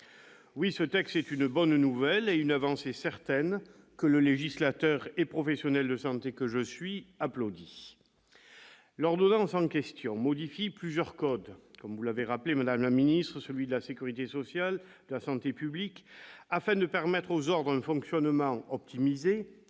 Oui, ce texte est une bonne nouvelle, et une avancée certaine que le législateur et professionnel de santé que je suis applaudit. L'ordonnance en question modifie plusieurs codes- vous les avez rappelés, madame la ministre : le code de la sécurité sociale et le code de la santé publique -afin de permettre aux ordres un fonctionnement optimisé